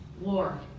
War